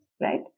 right